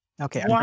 okay